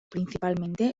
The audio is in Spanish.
principalmente